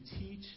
teach